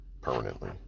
permanently